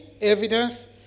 evidence